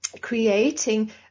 creating